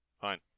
Fine